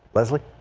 leslie